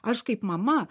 aš kaip mama